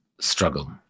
struggle